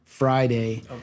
Friday